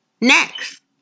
Next